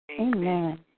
Amen